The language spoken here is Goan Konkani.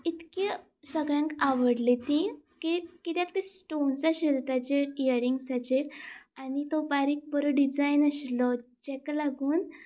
इतकी सगळ्यांक आवडली ती की किद्याक ते स्टोन्स आशिल्ले ताचेर इयरिंग्साचेर आनी तो बारीक बरो डिजायन आशिल्लो जाका लागून